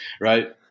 right